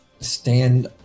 Stand